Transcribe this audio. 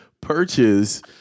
purchase